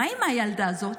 מה עם הילדה הזאת?